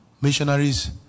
missionaries